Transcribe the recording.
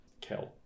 kill